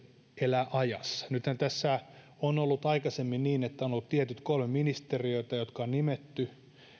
elää ajassa nythän tässä on ollut aikaisemmin niin että on ollut tietyt kolme ministeriötä jotka on nimetty ja